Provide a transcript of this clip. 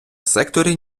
секторі